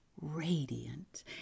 Radiant